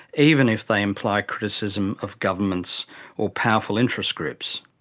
even if they imply criticism of governments or powerful interest groups.